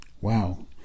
Wow